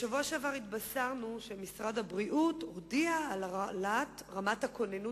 בשבוע שעבר התבשרנו שמשרד הבריאות הודיע על העלאת רמת הכוננות